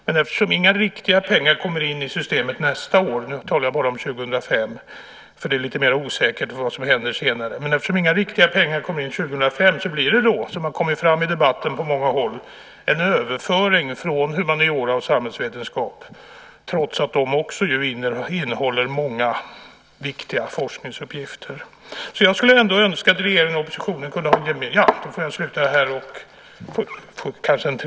Men eftersom inga riktiga pengar kommer in i systemet nästa år - då talar jag om 2005, för det är lite osäkert vad som händer senare - blir det, som har framgått av debatten, en överföring från humaniora och samhällsvetenskap, trots att också de områdena innehåller många viktiga forskningsuppgifter.